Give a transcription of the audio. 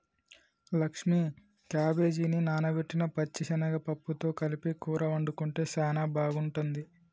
లక్ష్మీ క్యాబేజిని నానబెట్టిన పచ్చిశనగ పప్పుతో కలిపి కూర వండుకుంటే సానా బాగుంటుంది